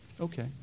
Okay